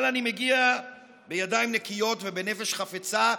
אבל אני מגיע בידיים נקיות ובנפש חפצה,